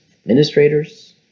administrators